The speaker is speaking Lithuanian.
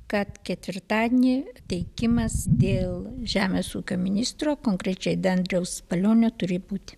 kad ketvirtadienį teikimas dėl žemės ūkio ministro konkrečiai be andriaus palionio turi būti